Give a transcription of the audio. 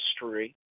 history